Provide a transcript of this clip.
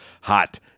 Hot